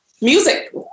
Music